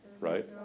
right